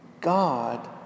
God